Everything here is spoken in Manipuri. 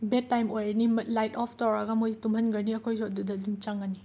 ꯕꯦꯠ ꯇꯥꯏꯝ ꯑꯣꯏꯔꯅꯤ ꯃꯩ ꯂꯥꯏꯠ ꯑꯣꯐ ꯇꯧꯔꯒ ꯃꯣꯏ ꯇꯨꯝꯍꯟꯈ꯭ꯔꯅꯤ ꯑꯩꯈꯣꯏꯁꯨ ꯑꯗꯨꯗ ꯑꯗꯨꯝ ꯆꯪꯉꯅꯤ